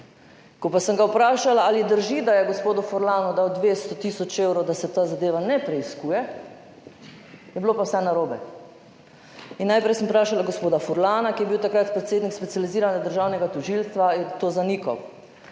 Ko pa sem ga vprašala, ali drži, da je gospoda Furlanu dal 200 tisoč, da se ta zadeva ne preiskuje, je bilo pa vse narobe. In najprej sem vprašala gospoda Furlana, ki je bil takrat predsednik specializiranega državnega tožilstva, je to zanikal.